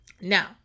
Now